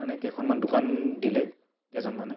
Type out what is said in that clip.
মানে কেইখনমান দোকান দিলে কেইজনমানে